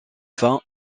fin